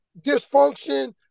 dysfunction